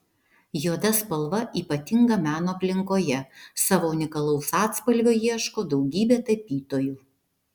juoda spalva ypatinga meno aplinkoje savo unikalaus atspalvio ieško daugybė tapytojų